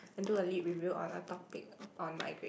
and do a lit review on a topic on migra~